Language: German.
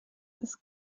ist